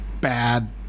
bad